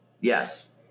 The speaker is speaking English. Yes